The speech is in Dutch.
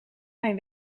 mijn